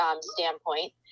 standpoint